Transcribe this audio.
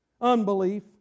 unbelief